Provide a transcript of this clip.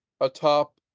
atop